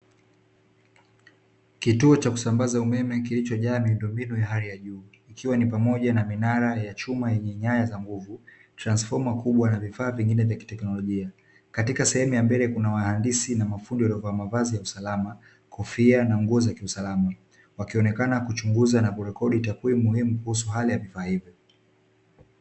Kituo cha kusambaza umeme kilichojaa miundo mbinu ya hali ya juu, ikiwa ni pamoja na minara ya chuma yenye nyaya za nguvu ,transfoma kubwa na vifaa vingine vya kiteknolojia. Katika sehemu ya mbele kuna wahandisi na mafundi waliovaa mavazi ya usalama, kofia na nguo za kiusalama, wakionekana kuchunguza na kurekodi takwimunkuhusu hali ya vifaa hivyo.